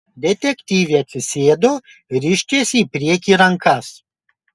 detektyvė atsisėdo ir ištiesė į priekį rankas